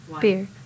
Beer